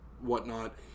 whatnot